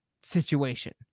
situation